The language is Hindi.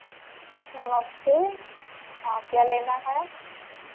नमस्ते हाँ क्या लेना है